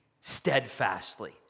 steadfastly